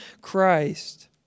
Christ